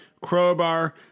Crowbar